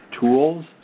tools